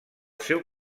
seu